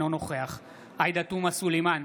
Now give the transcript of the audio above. אינו נוכח עאידה תומא סלימאן,